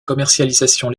commercialisation